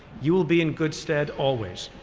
you will be in good stead always.